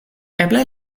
eble